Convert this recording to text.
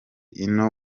ino